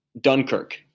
Dunkirk